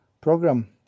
program